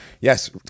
yes